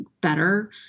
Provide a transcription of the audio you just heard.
better